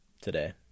today